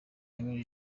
henry